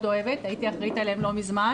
אוהבת הייתי אחראית עליהם עד לא מזמן